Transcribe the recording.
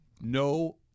No